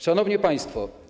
Szanowni Państwo!